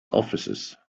officers